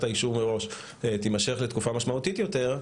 האישור מראש תימשך לתקופה משמעותית יותר,